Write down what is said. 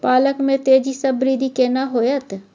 पालक में तेजी स वृद्धि केना होयत?